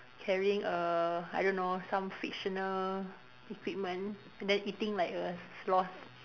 carrying a I don't know some fictional equipment then eating like a slob